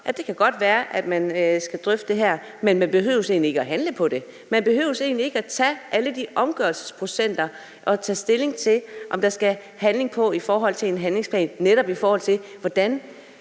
godt kan være, at man skal drøfte det her, men man behøver egentlig ikke at handle på det. Man behøver egentlig ikke at tage alle de omgørelsesprocenter og tage stilling til, om der skal handling på med en handlingsplan, netop i forhold til hvordan